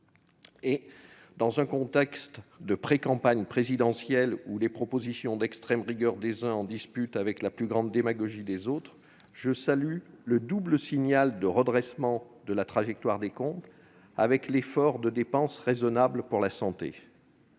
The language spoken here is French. Dans un contexte de précampagne présidentielle, où les propositions d'extrême rigueur des uns le disputent à la plus grande démagogie des autres, je salue le double signal que constituent le redressement de la trajectoire des comptes et l'effort de dépenses raisonnable pour la santé.